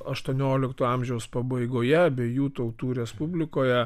aštuoniolikto amžiaus pabaigoje abiejų tautų respublikoje